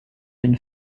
une